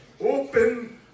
Open